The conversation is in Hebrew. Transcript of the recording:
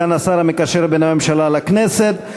סגן השר המקשר בין הממשלה לכנסת.